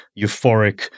euphoric